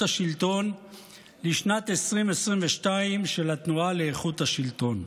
השלטון לשנת 2022 של התנועה לאיכות השלטון.